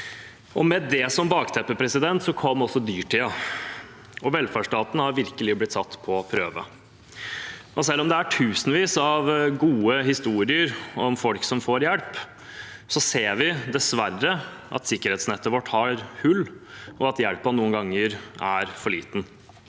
Med det som bakteppe kom også dyrtiden, og velferdsstaten har virkelig blitt satt på prøve. Selv om det er tusenvis av gode historier om folk som får hjelp, ser vi dessverre at sikkerhetsnettet vårt har hull, og at hjelpen noen ganger er for liten.